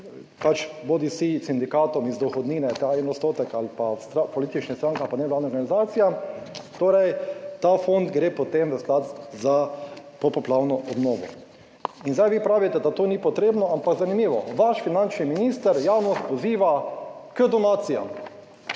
pač bodisi sindikatom iz dohodnine ta en odstotek ali pa politične stranke ali pa nevladnim organizacijam, torej ta fond gre, potem v Sklad za popoplavno obnovo in zdaj vi pravite, da to ni potrebno. Ampak zanimivo, vaš finančni minister javnost poziva k donacijam.